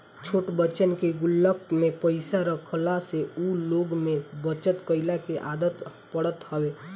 छोट बच्चन के गुल्लक में पईसा रखवला से उ लोग में बचत कइला के आदत पड़त हवे